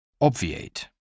Obviate